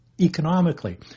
economically